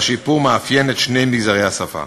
והשיפור מאפיין את שני מגזרי השפה.